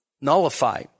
Nullify